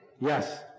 yes